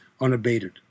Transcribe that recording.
unabated